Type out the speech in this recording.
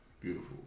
Beautiful